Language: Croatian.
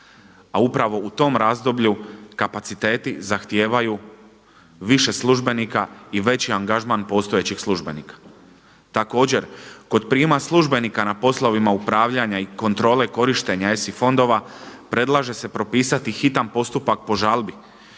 a upravo u tom razdoblju kapaciteti zahtijevaju više službenika i veći angažman postojećih službenika. Također kod prijema službenika na poslovima upravljanja i kontrole korištenja ESI fondova predlaže se propisati hitan postupak po žalbi